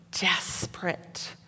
desperate